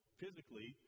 physically